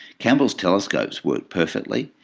campbell's telescopes worked perfectly,